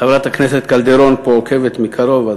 חברת הכנסת קלדרון פה עוקבת מקרוב.